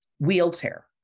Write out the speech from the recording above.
Wheelchair